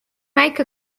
make